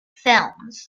films